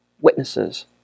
witnesses